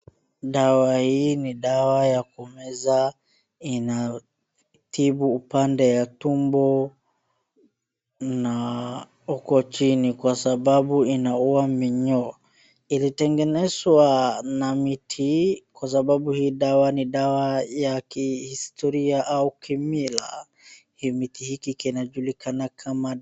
Dawa hii ni dawa ya kumeza. Inatibu upande ya tumbo na huko chini kwa sababu inaua minyoo. Ilitengenezwa na miti kwa sababu hii dawa ni dawa ya kihistoria au kimila. Hii miti hiki kinajulikana kama dawa.